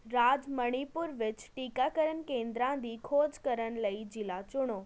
ਰਾਜ ਮਣੀਪੁਰ ਵਿੱਚ ਟੀਕਾਕਰਨ ਕੇਂਦਰਾਂ ਦੀ ਖੋਜ ਕਰਨ ਲਈ ਜ਼ਿਲ੍ਹਾ ਚੁਣੋ